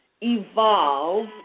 evolve